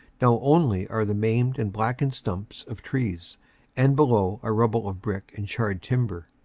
now only are the maimed and blackened stumps of trees and below a rubble of brick and charred timber.